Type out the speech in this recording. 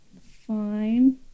Fine